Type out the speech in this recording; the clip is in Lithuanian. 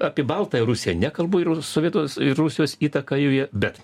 apie baltąją rusią nekalbu ir sovietus ir rusijos įtaką joje bet